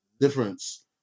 Difference